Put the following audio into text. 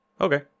Okay